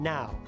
Now